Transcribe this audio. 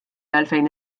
għalfejn